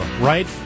right